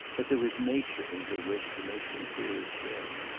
but there was nature in her wish to make them clearer still.